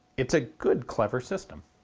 it's a good, clever system.